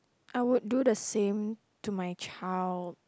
I would do the same to my child